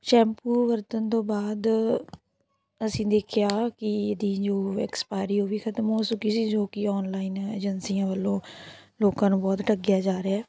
shampoo ਵਰਤਣ ਤੋਂ ਬਾਅਦ ਅਸੀਂ ਦੇਖਿਆ ਕਿ ਇਹਦੀ ਜੋ ਐਕਸਪਾਇਰੀ ਉਹ ਵੀ ਖਤਮ ਹੋ ਚੁੱਕੀ ਸੀ ਜੋ ਕਿ ਔਨਲਾਈਨ ਏਜੰਸੀਆਂ ਵੱਲੋਂ ਲੋਕਾਂ ਨੂੰ ਬਹੁਤ ਠੱਗਿਆ ਜਾ ਰਿਹਾ